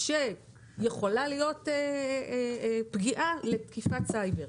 שיכולה להיות פגיעה לתקיפת סייבר.